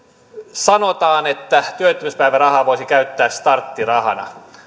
sanotaan että työttömyyspäivärahaa voisi käyttää starttirahana